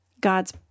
God's